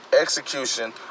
execution